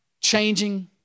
Changing